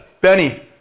Benny